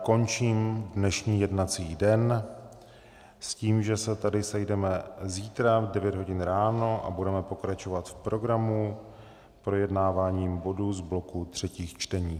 Končím dnešní jednací den s tím, že se tady sejdeme zítra v devět hodin ráno a budeme pokračovat v programu projednáváním bodu z bloku třetích čtení.